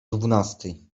dwunastej